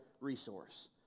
resource